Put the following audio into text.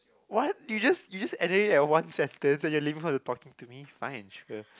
what you just you just added in that one sentence and you're leaving all the talking to me fine sure